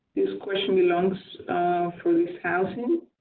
question belongs for this housing.